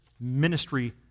ministry